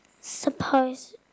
suppose